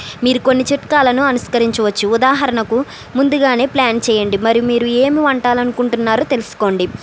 మీరు కొన్ని చిట్కాలను అనుసరించవచ్చు ఉదాహరణకు ముందుగానే ప్లాన్ చెయ్యండి మరి మీరు ఏమి వండాలనుకుంటున్నారో తెలుసుకోండి